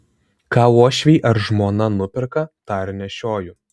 ką uošviai ar žmona nuperka tą ir nešioju